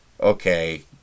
Okay